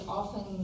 often